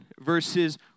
verses